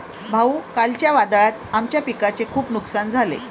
भाऊ, कालच्या वादळात आमच्या पिकाचे खूप नुकसान झाले